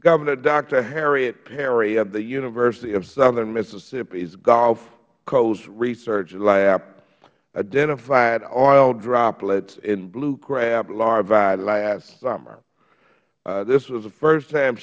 governor doctor harriet perry of the university of southern mississippi gulf coast research lab identified oil droplets in blue crab larvae last summer this was the first time